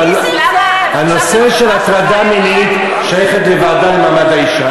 אבל הנושא של הטרדה מינית שייך לוועדה למעמד האישה,